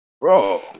Bro